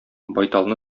байталны